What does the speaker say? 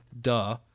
duh